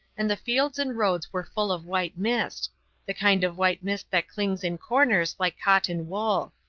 and the fields and roads were full of white mist the kind of white mist that clings in corners like cotton wool.